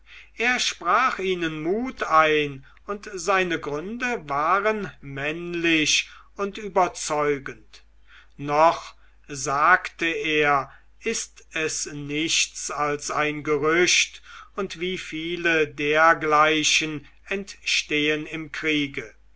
er sprach ihnen mut ein und seine gründe waren männlich und überzeugend noch sagte er ist es nichts als ein gerücht und wie viele dergleichen entstehen im kriege